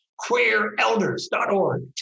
queerelders.org